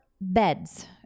beds